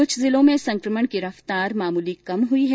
कृछ जिलों में संक्रमण की रफ्तार मामूली कम हुई है